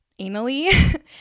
anally